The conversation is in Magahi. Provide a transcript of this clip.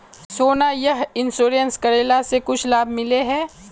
सोना यह इंश्योरेंस करेला से कुछ लाभ मिले है?